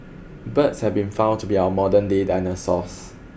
birds have been found to be our modern day dinosaurs